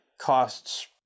costs